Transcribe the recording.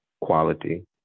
quality